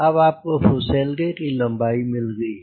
अब आपको फुसेलगे की लम्बाई मिल गयी है